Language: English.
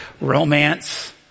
romance